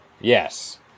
Yes